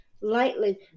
lightly